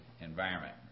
environment